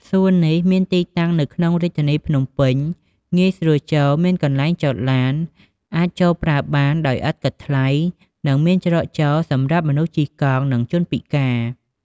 សួននេះមានទីតាំងនៅក្នុងរាជធានីភ្នំពេញ ងាយស្រួលចូល មានកន្លែងចតឡាន អាចចូលប្រើបានដោយឥតគិតថ្លៃ និងមានច្រកចូលសម្រាប់មនុស្សជិះកង់ និង ជនពិការ។